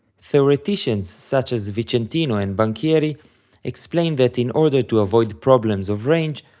theoreticians such as vicentino and banchieri explain that in order to avoid problems of range,